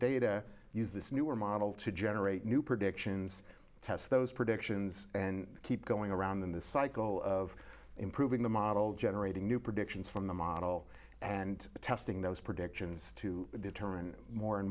data use this newer model to generate new predictions test those predictions and keep going around them this cycle of improving the model generating new predictions from the model and testing those predictions to determine more and